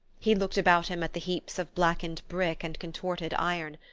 he looked about him at the heaps of blackened brick and contorted iron.